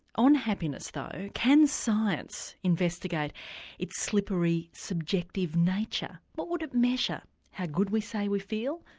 on happiness, though, can science investigate its slippery subjective nature? what would it measure how good we say we feel,